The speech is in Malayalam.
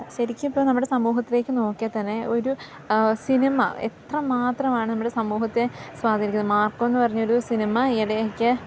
ശരിക്കും ഇപ്പോൾ നമ്മുടെ സമൂഹത്തിലേക്ക് നോക്കിയാൽ തന്നെ ഒരു സിനിമ എത്ര മാത്രമാണ് നമ്മുടെ സമൂഹത്തെ സ്വാധീനിക്കുന്നത് മാർക്കോ എന്ന് പറഞ്ഞ ഒരു സിനിമ ഈയിടയ്ക്ക്